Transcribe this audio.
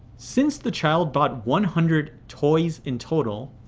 since the child bought one hundred toys in total,